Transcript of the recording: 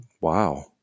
Wow